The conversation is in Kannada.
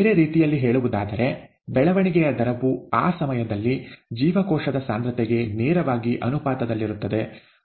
ಬೇರೆ ರೀತಿಯಲ್ಲಿ ಹೇಳುವುದಾದರೆ ಬೆಳವಣಿಗೆಯ ದರವು ಆ ಸಮಯದಲ್ಲಿ ಜೀವಕೋಶದ ಸಾಂದ್ರತೆಗೆ ನೇರವಾಗಿ ಅನುಪಾತದಲ್ಲಿರುತ್ತದೆ